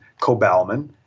Cobalamin